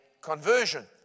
conversion